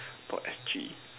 dot S G